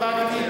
פרקטית,